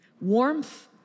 Warmth